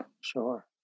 Sure